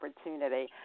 opportunity